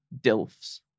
Dilfs